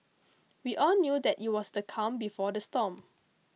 we all knew that it was the calm before the storm